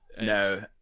No